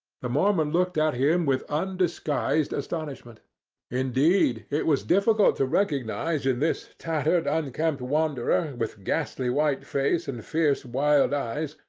the mormon looked at him with undisguised astonishment indeed, it was difficult to recognize in this tattered, unkempt wanderer, with ghastly white face and fierce, wild eyes,